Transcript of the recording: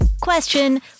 Question